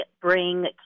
bring